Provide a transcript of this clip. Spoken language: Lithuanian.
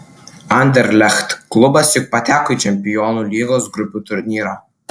anderlecht klubas juk pateko į čempionų lygos grupių turnyrą